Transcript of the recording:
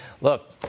look